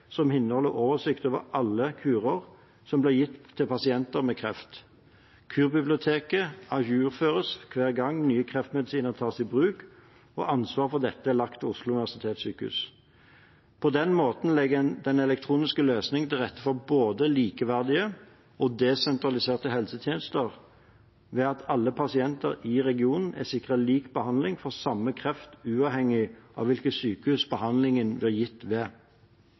som inneholder en oversikt over alle kurer som blir gitt til pasienter med kreft. Kurbiblioteket ajourføres hver gang nye kreftmedisiner tas i bruk, og ansvaret for dette er lagt til Oslo universitetssykehus. På den måten legger den elektroniske løsningen til rette for både likeverdige og desentraliserte helsetjenester ved at alle pasienter i regionen er sikret lik behandling for samme kreftform uavhengig av hvilket sykehus behandlingen blir gitt ved.